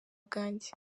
bwanjye